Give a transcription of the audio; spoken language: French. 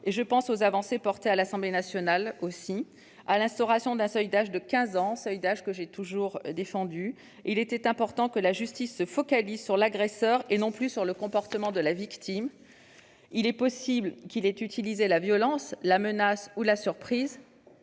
celles qui ont été votées à l'Assemblée nationale, l'instauration d'un seuil d'âge de 15 ans notamment- je l'ai moi-même toujours défendu. Il était important que la justice se focalise sur l'agresseur et non plus sur le comportement de la victime. Il est possible que l'agresseur ait utilisé la violence, la menace ou la surprise,